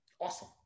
awesome